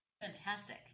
Fantastic